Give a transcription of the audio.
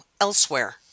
elsewhere